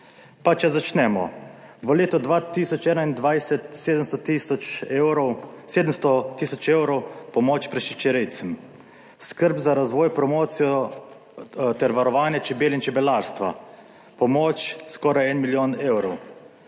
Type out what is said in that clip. Pa če začnemo, v letu 2021 700 tisoč evrov, 700 tisoč evrov pomoč prašičerejcem. Skrb za razvoj, promocijo ter varovanje čebel in čebelarstva, pomoč skoraj en milijon evrov.